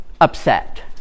upset